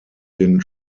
den